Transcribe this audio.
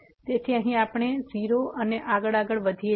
તેથી અહીં પણ આપણે 0 અને આગળ આગળ વધીએ છીએ